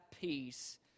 peace